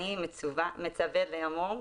אני מצווה לאמור: